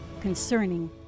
concerning